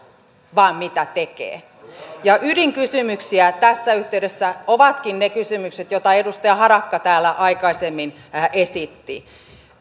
vaan mitä tekee ydinkysymyksiä tässä yhteydessä ovatkin ne kysymykset joita edustaja harakka täällä aikaisemmin esitti